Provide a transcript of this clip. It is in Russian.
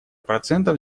процентов